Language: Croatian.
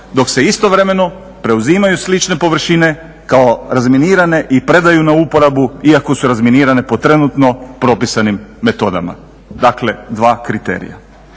dok se istovremeno preuzimaju slične površine kao razminirane i predaju na uporabu iako su razminirane po trenutno propisanim metodama. Dakle dva kriterija.